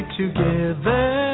together